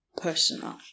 Personal